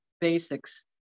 basics